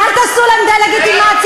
ואל תעשו להם דה-לגיטימציה.